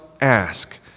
ask